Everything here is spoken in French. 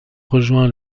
rejoint